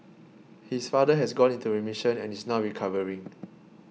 his father has gone into remission and is now recovering